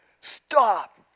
stop